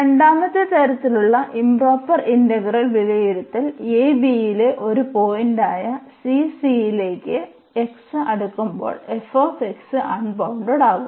രണ്ടാമത്തെ തരത്തിലുള്ള improper integral വിലയിരുത്തൽ ab യിലെ ഒരു പോയിന്റ് ആയ cc യിലേക്ക് x അടുക്കുമ്പോൾ f അൺബൌണ്ടഡാവും